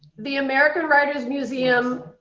the american writers museum,